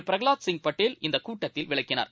பிரகவாத் சிங் படேல் இந்தக் கூட்டத்தில் விளக்கினார்